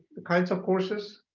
the kinds of courses,